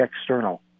external